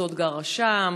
זאת גרה שם,